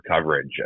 coverage